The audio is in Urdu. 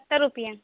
ستر روپیہ